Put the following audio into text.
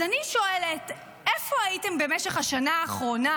אז אני שואלת: איפה הייתם במשך השנה האחרונה,